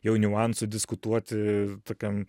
jau niuansų diskutuoti tokiam